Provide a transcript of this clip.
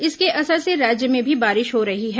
इसके असर से राज्य में भी बारिश हो रही है